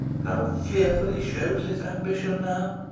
how fearfully shows his ambition now!